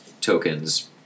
tokens